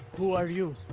who are you?